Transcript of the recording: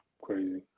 crazy